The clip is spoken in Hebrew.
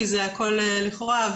כי זה הכול לכאורה,